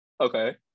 Okay